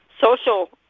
social